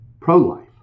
pro-life